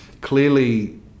clearly